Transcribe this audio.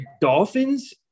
dolphins